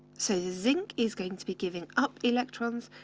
so zinc is going to be giving up electrons,